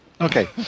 Okay